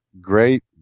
Great